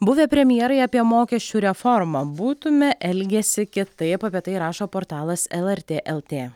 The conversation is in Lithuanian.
buvę premjerai apie mokesčių reformą būtume elgęsi kitaip apie tai rašo portalas lrt lt